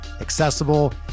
accessible